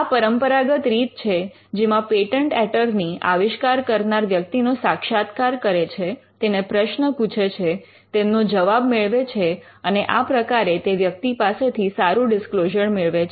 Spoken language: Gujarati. આ પરંપરાગત રીત છે જેમાં પેટન્ટ એટર્ની આવિષ્કાર કરનાર વ્યક્તિનો સાક્ષાત્કાર કરે છે તેને પ્રશ્ન પૂછે છે તેમનો જવાબ મેળવે છે અને આ પ્રકારે તે વ્યક્તિ પાસેથી સારું ડિસ્ક્લોઝર મેળવે છે